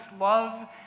love